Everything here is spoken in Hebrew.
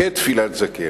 כתפילת זקן.